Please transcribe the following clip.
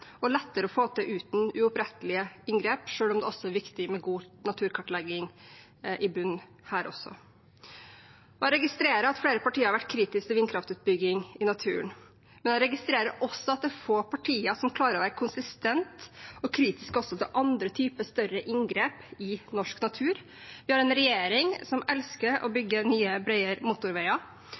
og lettere å få til uten uopprettelige inngrep, selv om det er viktig med god naturkartlegging i bunnen her også. Jeg registrerer at flere partier har vært kritiske til vindkraftutbygging i naturen, men jeg registrerer også at det er få partier som klarer å være konsistente og kritiske også til andre typer større inngrep i norsk natur. Vi har en regjering som elsker å bygge nye, brede motorveier.